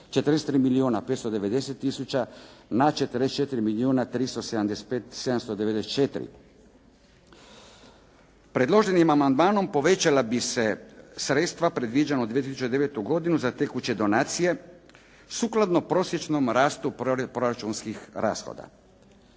43 milijuna 590 tisuća na 44 milijuna 375 tisuća 794. Predloženim amandmanom povećala bi se sredstva predviđena za 2009. godinu za tekuće donacije sukladno prosječnom rastu proračunskih rashoda,